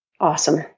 awesome